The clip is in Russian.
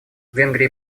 венгрии